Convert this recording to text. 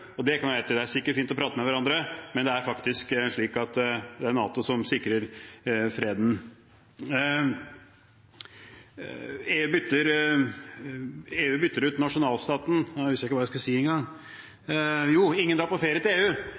prateklubb. Det kan hun ha rett i, det er sikkert fint å prate med hverandre, men det er faktisk slik at det er NATO som sikrer freden. EU bytter ut nasjonalstaten – nå husker jeg ikke hva jeg skal si engang. – Jo. Ingen drar på ferie til EU.